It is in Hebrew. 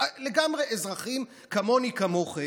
לגמרי אזרחים כמוני וכמוכם,